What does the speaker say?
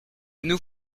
nous